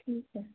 ٹھیک ہے